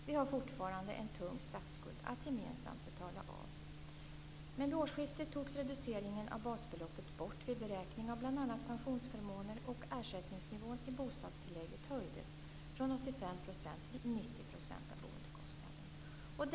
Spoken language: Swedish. Vi har fortfarande en tung statsskuld att gemensamt betala av. Vid årsskiftet togs reduceringen av basbeloppet bort vid beräkning av bl.a. pensionsförmåner, och ersättningsnivån i bostadstillägget höjdes från 85 % till 90 % av boendekostnaden.